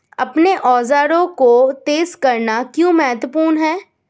अपने औजारों को तेज करना क्यों महत्वपूर्ण है?